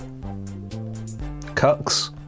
Cucks